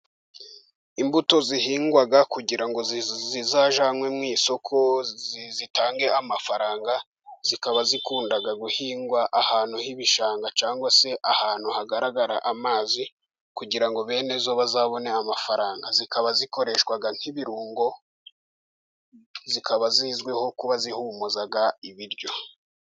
imbuto zihingwa kugira ngo zizajyanywe mu isoko zitange amafaranga, zikaba zikunda guhingwa ahantu h'ibishanga cyangwa se ahantu hagaragara amazi, kugira ngo bene zo bazabone amafaranga, zikaba zikoreshwa nk'ibirungo, zikaba zizwiho kuba zihumuza ibiryo.